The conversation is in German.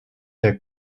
der